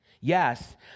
Yes